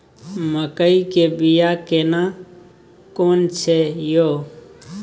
मकई के बिया केना कोन छै यो?